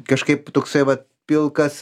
kažkaip toksai vat pilkas